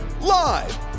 Live